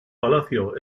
palacio